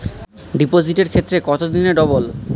ডিপোজিটের ক্ষেত্রে কত দিনে ডবল?